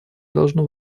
должно